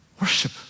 Worship